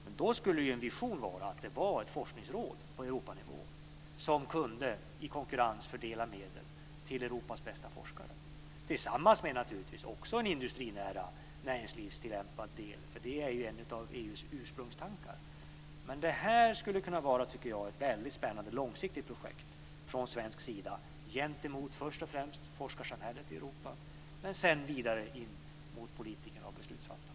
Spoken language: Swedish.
Men då skulle en vision vara att det var ett forskningsråd på Europanivå som kunde i konkurrens fördela medel till Europas bästa forskare, tillsammans naturligtvis med en industrinära näringslivstillämpad del. Det är en av EU:s ursprungstankar. Det här skulle kunna vara en väldigt spännande och långsiktigt projekt från svensk sida gentemot först och främst forskarsamhället i Europa men sedan vidare mot politiker och beslutsfattare.